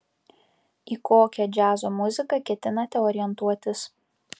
į kokią džiazo muziką ketinate orientuotis